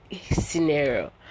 scenario